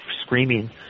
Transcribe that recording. screaming